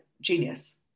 Genius